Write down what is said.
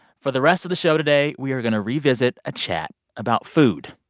for the rest of the show today, we are going to revisit a chat about food,